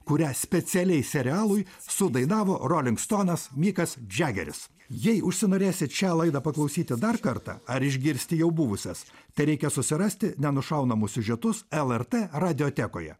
kurią specialiai serialui sudainavo roling stonas mikas džegeris jei užsinorėsit šią laidą paklausyti dar kartą ar išgirsti jau buvusias tereikia susirasti nenušaunamus siužetus lrt radiotekoje